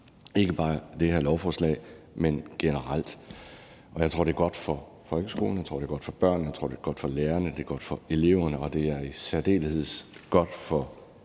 ikke bare på det her lovforslag, men generelt. Jeg tror, det er godt for folkeskolen, jeg tror, det er godt for børnene, jeg tror, det er godt for lærerne, jeg tror, det er godt for eleverne, og det er i særdeleshed godt for